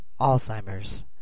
Alzheimer's